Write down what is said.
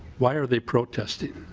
why are they protesting?